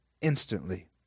instantly